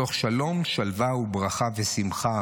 מתוך שלום, שלווה, ברכה ושמחה.